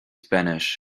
spanish